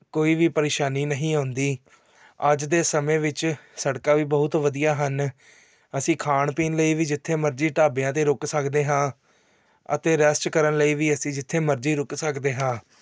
ਕੋਈ ਵੀ ਪਰੇਸ਼ਾਨੀ ਨਹੀਂ ਆਉਂਦੀ ਅੱਜ ਦੇ ਸਮੇਂ ਵਿੱਚ ਸੜਕਾਂ ਵੀ ਬਹੁਤ ਵਧੀਆ ਹਨ ਅਸੀਂ ਖਾਣ ਪੀਣ ਲਈ ਵੀ ਜਿੱਥੇ ਮਰਜ਼ੀ ਢਾਬਿਆਂ 'ਤੇ ਰੁਕ ਸਕਦੇ ਹਾਂ ਅਤੇ ਰੈਸਟ ਕਰਨ ਲਈ ਵੀ ਅਸੀਂ ਜਿੱਥੇ ਮਰਜ਼ੀ ਰੁਕ ਸਕਦੇ ਹਾਂ